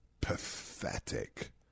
Pathetic